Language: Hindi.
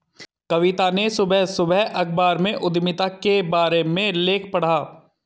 कविता ने सुबह सुबह अखबार में उधमिता के बारे में लेख पढ़ा